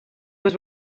was